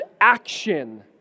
action